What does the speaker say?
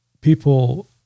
people